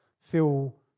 feel